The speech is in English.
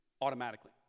automatically